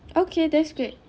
okay that's great